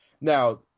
Now